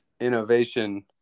innovation